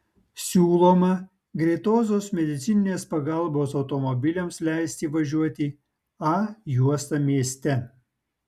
siūloma greitosios medicininės pagalbos automobiliams leisti važiuoti a juosta mieste